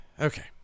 Okay